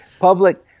Public